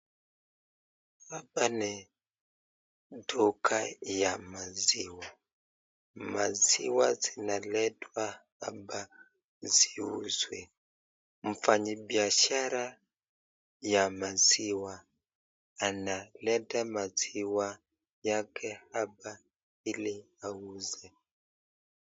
Hapa ni duka ya maziwa , maziwa zinaletwa hapa ziuzwe, mfanyi biashara wa maziwa analeta maziwa yake hapa ili auze.